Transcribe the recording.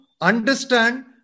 understand